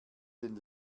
den